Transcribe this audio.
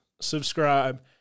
subscribe